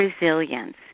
resilience